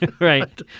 right